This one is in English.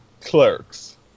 clerks